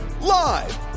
Live